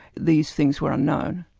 these things were unknown.